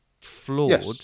flawed